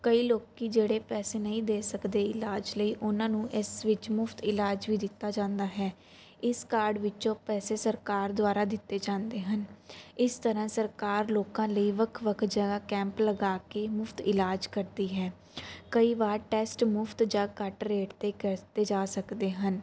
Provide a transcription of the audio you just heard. ਕਈ ਲੋਕ ਜਿਹੜੇ ਪੈਸੇ ਨਹੀਂ ਦੇ ਸਕਦੇ ਇਲਾਜ ਲਈ ਉਹਨਾਂ ਨੂੰ ਇਸ ਵਿੱਚ ਮੁਫਤ ਇਲਾਜ ਵੀ ਦਿੱਤਾ ਜਾਂਦਾ ਹੈ ਇਸ ਕਾਰਡ ਵਿੱਚੋਂ ਪੈਸੇ ਸਰਕਾਰ ਦੁਆਰਾ ਦਿੱਤੇ ਜਾਂਦੇ ਹਨ ਇਸ ਤਰ੍ਹਾਂ ਸਰਕਾਰ ਲੋਕਾਂ ਲਈ ਵੱਖ ਵੱਖ ਜਗ੍ਹਾ ਕੈਂਪ ਲਗਾ ਕੇ ਮੁਫਤ ਇਲਾਜ ਕਰਦੀ ਹੈ ਕਈ ਵਾਰ ਟੈਸਟ ਮੁਫਤ ਜਾਂ ਘੱਟ ਰੇਟ 'ਤੇ ਕਰਤੇ ਜਾ ਸਕਦੇ ਹਨ